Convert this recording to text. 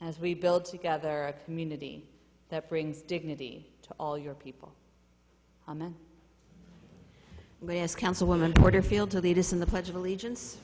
as we build together community that brings dignity to all your people on the last councilwoman porterfield to lead us in the pledge of allegiance